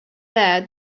there